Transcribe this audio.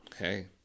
Okay